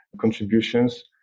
contributions